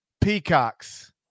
Peacocks